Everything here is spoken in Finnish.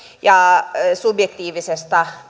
ja subjektiivisen